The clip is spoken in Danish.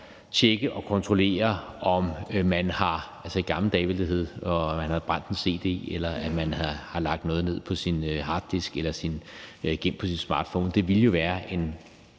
tjekke og kontrollere, om man havde – som det ville hedde i gamle dage –brændt en cd, eller at man havde lagt noget ned på sin harddisk eller sin GIMP på sin smartphone, ville jo være en